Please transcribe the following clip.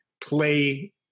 play